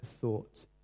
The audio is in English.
thought